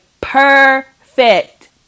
perfect